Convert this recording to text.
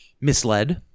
Misled